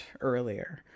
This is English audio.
earlier